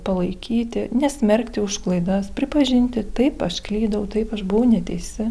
palaikyti nesmerkti už klaidas pripažinti taip aš klydau taip aš buvau neteisi